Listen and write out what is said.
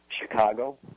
Chicago